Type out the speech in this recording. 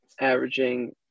Averaging